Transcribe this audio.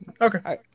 Okay